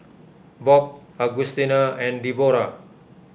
Bob Augustina and Debora